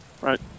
right